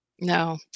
No